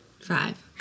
Five